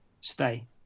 Stay